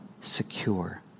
secure